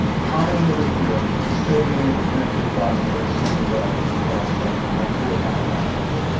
commenting over here. and still being able to connect those dots in a very simple way across that that horizontal conversation.